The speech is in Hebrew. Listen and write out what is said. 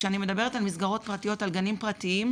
וכשאני מדברת על מסגרות פרטיות, על גנים פרטיים,